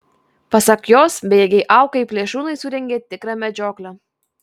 pasak jos bejėgei aukai plėšrūnai surengė tikrą medžioklę